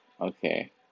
Okay